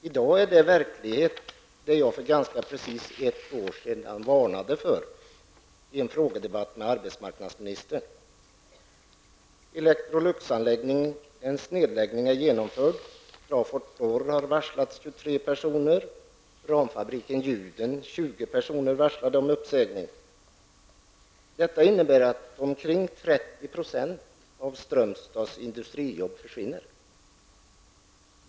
I dag är det verklighet som jag för ganska precis ett år sedan varnade för i en frågedebatt med arbetsmarknadsministern: Electroluxanläggningens nedläggning är genomförd. Crawford Door har varslat 23 personer om uppsägning, och på Ramfabriken Jyden har man varslat 20 personer om uppsägning. Detta innebär att omkring 30 % av Strömstads industrijobb försvinner.